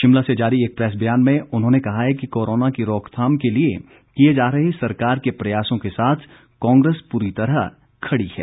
शिमला से जारी एक प्रैस ब्यान में उन्होंने कहा है कि कोरोना की रोकथाम के लिए किए जा रहे सरकार के प्रयासों के साथ कांग्रेस पूरी तरह खड़ी है